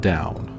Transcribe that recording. Down